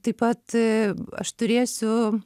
taip pat aš turėsiu